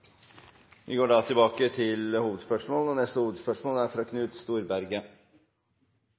Vi går da videre til neste hovedspørsmål.